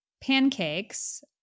pancakes